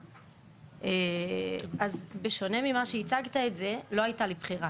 אז בשונה ממה שהוצג, לא הייתה לי בחירה.